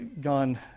gone